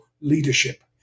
leadership